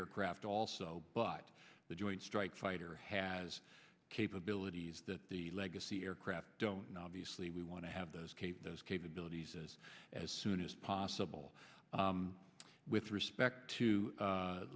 aircraft also but the joint strike fighter has capabilities that the legacy aircraft don't know obviously we want to have those cape those capabilities as as soon as possible with respect to